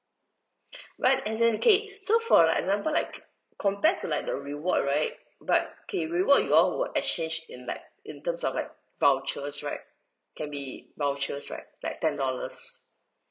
but as in K so for example like compared to like the reward right but okay reward you all would exchange in like in terms of like vouchers right can be vouchers right like ten dollars